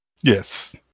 Yes